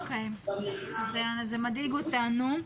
זה מדאיג אותנו.